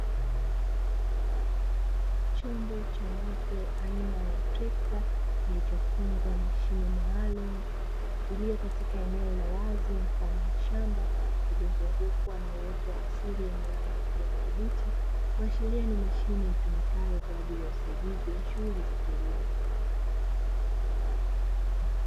Chombo cha moto aina ya trekta kilichofungwa mashine maalumu iliyokatika eneo la wazi mfano wa shamba, lililozungukwa na uoto wa asili wenye rangi ya kijani kibichi, kuashiria ni mashine itumikayo kwa ajili ya usaidizi wa shughuli za kilimo.